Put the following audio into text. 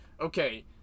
okay